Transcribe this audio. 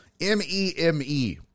m-e-m-e